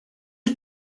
had